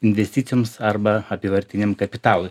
investicijoms arba apyvartiniam kapitalui